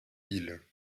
île